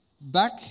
Back